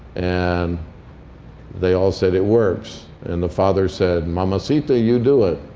and they all said, it works. and the father said, mamasita, you do it.